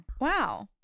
Wow